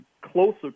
closer